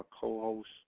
co-host